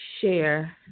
share